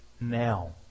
now